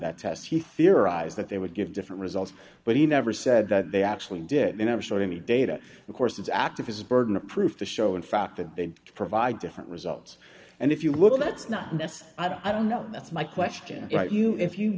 that test he theorized that they would give different results but he never said that they actually did they never saw any data of course is active is a burden of proof to show in fact that they provide different results and if you will that's not that's i don't know that's my question to you if you